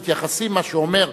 מה שהשר אומר,